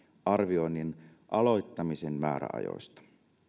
arvioinnin aloittamisen määräajoista